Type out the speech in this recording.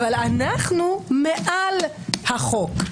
אבל אנחנו מעל החוק.